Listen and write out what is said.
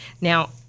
Now